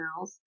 emails